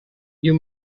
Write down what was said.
you